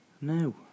No